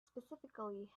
specifically